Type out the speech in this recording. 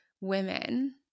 women